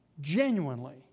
Genuinely